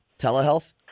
Telehealth